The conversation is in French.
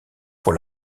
pour